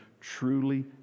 truly